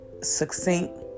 succinct